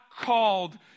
called